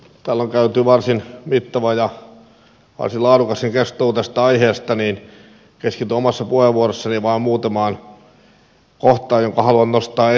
täällä on käyty varsin mittava ja varsin laadukaskin keskustelu tästä aiheesta joten keskityn omassa puheenvuorossani vain muutamaan kohtaan jotka haluan nostaa esille